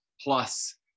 plus